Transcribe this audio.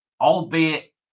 albeit